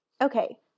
Okay